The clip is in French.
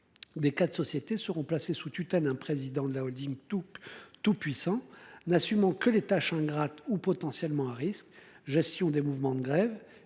Des 4 sociétés seront placées sous tutelle un président de la Holding tout tout puissant n'assumant que les tâches ingrates ou potentiellement à risque, gestion des mouvements de grève